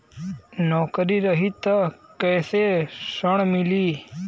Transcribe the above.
नौकरी रही त कैसे ऋण मिली?